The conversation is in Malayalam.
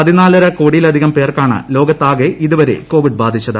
പതിനാലര കോടിയിലധികംപേർക്കാണ് ലോകത്താകെ ഇതുവരെ കോവിഡ് ബാധിച്ചത്